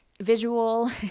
visual